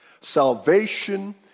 Salvation